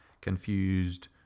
confused